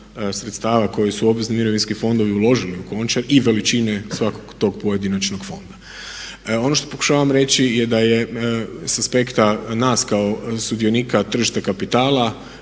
sredstava koji su obvezni mirovinski fondovi uložili u Končar i veličine svakog tog pojedinačnog fonda. Ono što pokušavam reći je da je sa aspekta nas kao sudionika tržišta kapitala